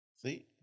See